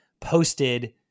posted